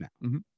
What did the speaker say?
now